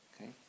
okay